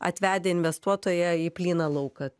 atvedę investuotoją į plyną lauką